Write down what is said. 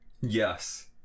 Yes